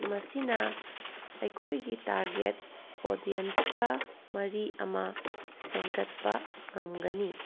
ꯃꯁꯤꯅ ꯑꯩꯈꯣꯏꯒꯤ ꯇꯥꯔꯒꯦꯠ ꯑꯣꯗꯦꯟꯁꯀ ꯃꯔꯤ ꯑꯃ ꯁꯦꯝꯒꯠꯄ ꯉꯝꯒꯅꯤ